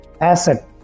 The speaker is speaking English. asset